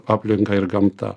aplinka ir gamta